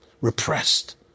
repressed